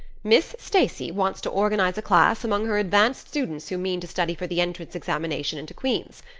miss stacy wants to organize a class among her advanced students who mean to study for the entrance examination into queen's.